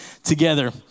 Together